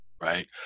right